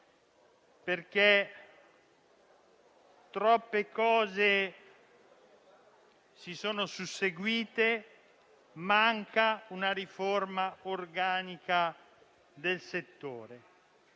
Troppe cose si sono susseguite. Manca una riforma organica del settore